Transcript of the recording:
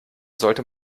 sollte